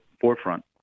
forefront